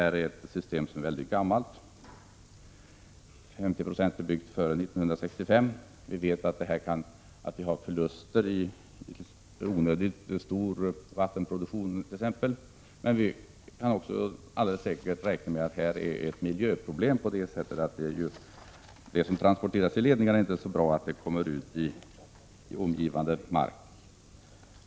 Vi vet att systemet är gammalt — 50 90 av det är byggt före 1965. Det uppstår förluster genom exempelvis onödigt stor vattenproduktion. Vi kan helt säkert räkna med att det också är miljöproblem; det är ju inte bra att det som transporteras i ledningarna kommer ut i omgivande mark.